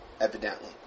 evidently